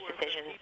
decisions